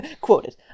Quoted